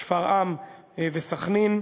שפרעם וסח'נין,